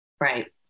Right